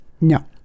No